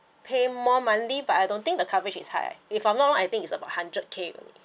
pay more monthly but I don't think the coverage is high if I'm not wrong I think is about hundred K only